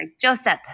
Joseph